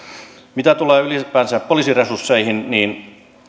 mitä tulee ylipäänsä poliisin resursseihin